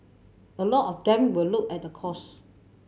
a lot of them will look at the cost